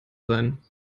sein